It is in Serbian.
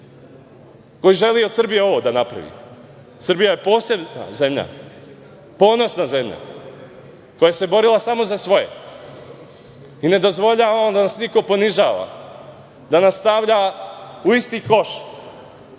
koji želi od Srbije ovo da napravi. Srbija je posebna zemlja, ponosna zemlja, koja se borila samo za svoje. Ne dozvoljavamo da nas niko ponižava, da nas stavlja u isti koš